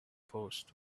post